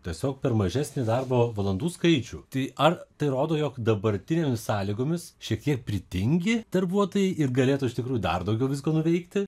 tiesiog per mažesnį darbo valandų skaičių tai ar tai rodo jog dabartinėmis sąlygomis šiek tiek pritingi darbuotojai ir galėtų iš tikrųjų dar daugiau visko nuveikti